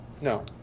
No